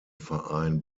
verein